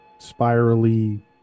spirally